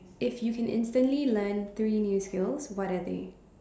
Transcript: if you can instantly learn three new skills what are they